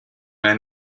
man